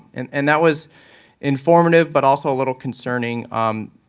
and and that was informative but also a little concerning. um